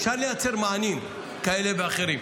אפשר לייצר מענים כאלה ואחרים.